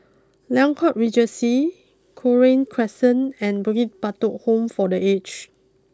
Liang court Regency Cochrane Crescent and Bukit Batok Home for the Aged